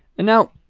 and now,